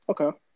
Okay